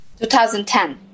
2010